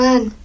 One